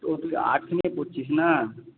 তো তুই আর্টস নিয়ে পড়ছিস না